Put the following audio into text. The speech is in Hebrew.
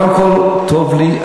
קודם כול, טוב לי.